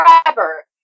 forever